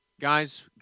Guys